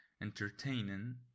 entertaining